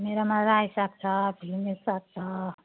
मेरोमा रायो साग छ फिलिङ्गे साग छ